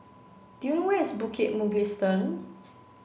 do you know where is Bukit Mugliston